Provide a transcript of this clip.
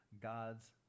God's